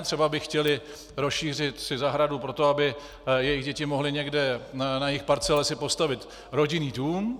Třeba by si chtěli rozšířit zahradu proto, aby si jejich děti mohly někde na jejich parcele postavit rodinný dům.